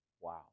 Wow